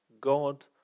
God